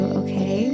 okay